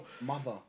Mother